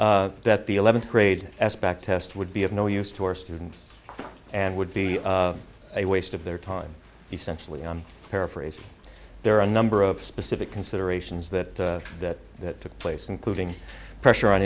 that the eleventh grade s back test would be of no use to our students and would be a waste of their time essentially i'm paraphrasing there are a number of specific considerations that that took place including pressure on